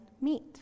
meet